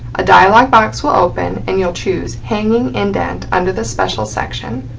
a dialog box will open and you'll choose hanging indent under the special section,